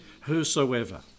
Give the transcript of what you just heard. whosoever